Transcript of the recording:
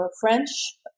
French